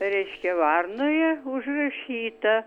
reiškia varnoje užrašyta